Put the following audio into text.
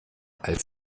als